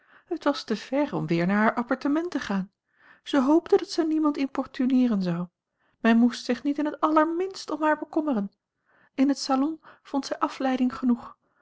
het was te ver om weer naar haar appartement te gaan zij hoopte dat zij niemand importuneeren zou men moest zich niet in het allerminst om haar bekommeren in het salon vond zij afleiding genoeg